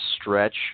stretch